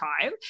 time